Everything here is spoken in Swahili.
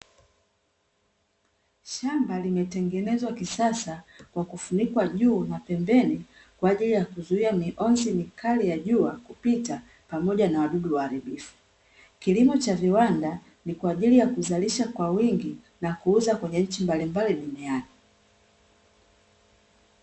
Shamba limetengenezwa kisasa kwa kufunikwa juu na pembeni kwajili ya kuzuia mionzi mikali ya jua kupita pamoja na wadudu waharibifu. Kilimo cha viwanda, ni kwaajili ya kuzalisha kwa wingi na kuuza kwenye nchi malimbali duniani.